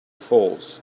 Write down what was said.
falls